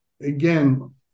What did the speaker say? again